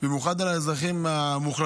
מרוויחים במיוחד על גב האזרחים המוחלשים,